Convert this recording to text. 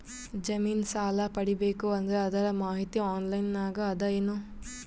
ಜಮಿನ ಸಾಲಾ ಪಡಿಬೇಕು ಅಂದ್ರ ಅದರ ಮಾಹಿತಿ ಆನ್ಲೈನ್ ನಾಗ ಅದ ಏನು?